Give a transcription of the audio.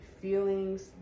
feelings